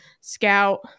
scout